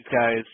guys